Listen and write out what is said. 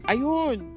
Ayun